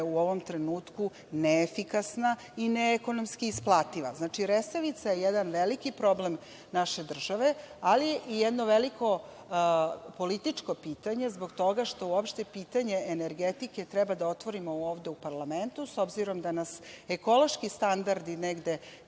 u ovom trenutku neefikasna i neekonomski isplativa. Znači, Resavica je jedan veliki problem naše države, ali i jedno veliko političko pitanje zbog toga što uopšte pitanje energetike treba da otvorimo ovde u parlamentu, s obzirom da nas ekološki standardi negde